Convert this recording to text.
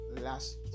last